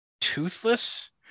toothless